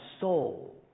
soul